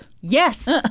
Yes